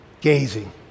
gazing